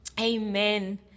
Amen